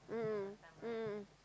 mm mm mm mm mm mm